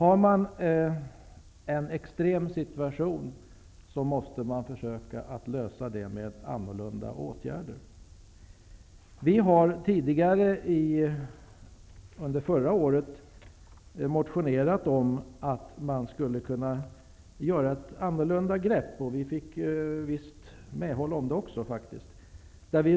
I en extrem situation måste det tillgripas annorlunda åtgärder. Vi har motionerat om hur man skulle kunna ta ett annorlunda grepp och faktiskt också fått visst medhåll.